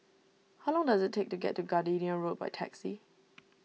how long does it take to get to Gardenia Road by taxi